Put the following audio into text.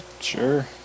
sure